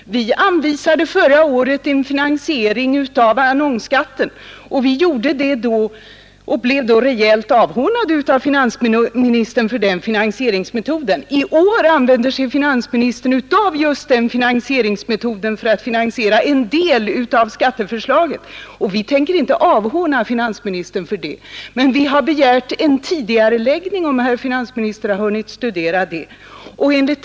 Vi anvisade förra året en alternativ finansiering av annonsskatten och blev då rejält avhånade av finansministern för den finansieringsmetoden. I år använder sig finansministern av just den metoden för att finansiera en del av skatteförslaget. Och vi tänker inte avhåna finansministern för det, men vi har, som herr finansministern vet genom våra förslag, begärt en tidigareläggning.